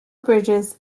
bridges